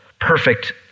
perfect